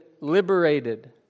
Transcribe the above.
liberated